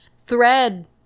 thread